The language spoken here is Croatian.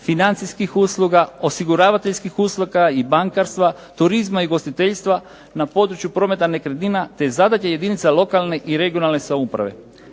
financijskih usluga, osiguravateljskih usluga i bankarstva, turizma i ugostiteljstva, na području prometa nekretnina te zadaće jedinica lokalne i regionalne samouprave.